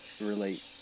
relate